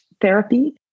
therapy